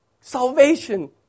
salvation